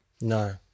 No